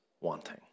wanting